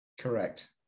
Correct